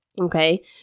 Okay